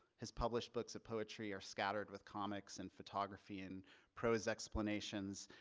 his published books of poetry are scattered with comics and photography and prose explanations.